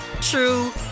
true